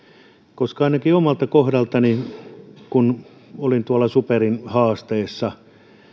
ainakin omalta kohdaltani kun olin tuolla superin haasteessa